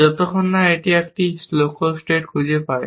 যতক্ষণ না এটি একটি লক্ষ্য স্টেট খুঁজে পায়